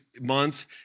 month